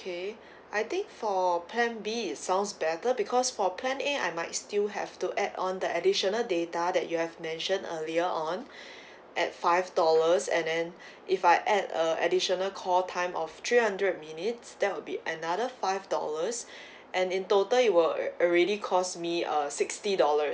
I think for plan B it sounds better because for plan A I might still have to add on the additional data that you have mentioned earlier on at five dollars and then if I add a additional call time of three hundred minutes that will be another five dollars and in total it will already cost me uh sixty dollars